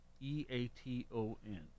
E-A-T-O-N